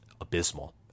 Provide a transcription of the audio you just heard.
abysmal